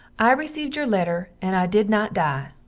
i received your letter and i did not dye.